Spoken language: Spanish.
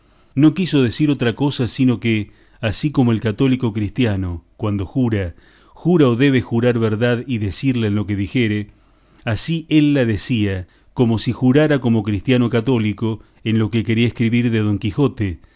no quiso decir otra cosa sino que así como el católico cristiano cuando jura jura o debe jurar verdad y decirla en lo que dijere así él la decía como si jurara como cristiano católico en lo que quería escribir de don quijote